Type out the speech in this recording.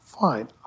Fine